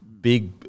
big